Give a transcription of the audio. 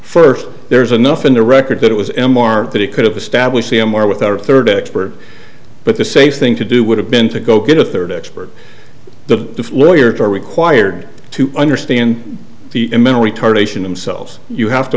first there's enough in the record that it was m r that it could have established a a more with our third expert but the safe thing to do would have been to go get a third expert the lawyers are required to understand the mental retardation themselves you have to